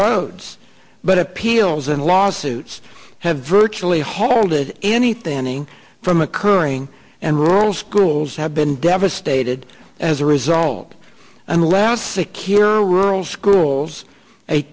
roads but appeals and lawsuits have virtually halted anything from occurring and rural schools have been devastated as a result and less secure rural schools a